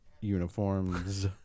uniforms